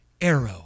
arrow